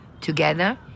Together